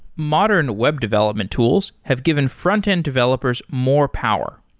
modern web development tools have given frontend developers more power.